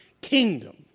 kingdom